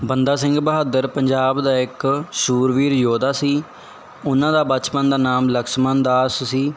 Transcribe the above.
ਬੰਦਾ ਸਿੰਘ ਬਹਾਦਰ ਪੰਜਾਬ ਦਾ ਇੱਕ ਸੂਰਵੀਰ ਯੋਧਾ ਸੀ ਉਹਨਾਂ ਦਾ ਬਚਪਨ ਦਾ ਨਾਮ ਲਕਸ਼ਮਣ ਦਾਸ ਸੀ